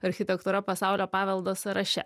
architektūra pasaulio paveldo sąraše